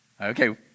Okay